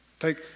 Take